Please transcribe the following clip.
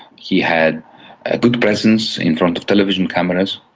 he had a good presence in front of television cameras,